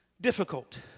difficult